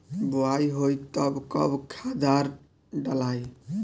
बोआई होई तब कब खादार डालाई?